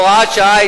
(הוראת שעה),